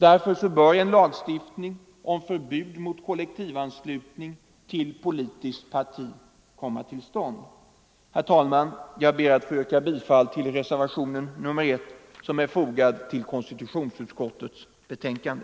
Därför bör en lagstiftning om förbud mot kollektivanslutning till politiskt parti komma till stånd. Herr talman! Jag ber att få yrka bifall till reservationen 1, som är fogad till utskottets betänkande.